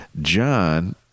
John